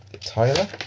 Tyler